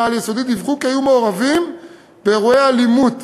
העל-יסודי דיווחו כי היו מעורבים באירועי אלימות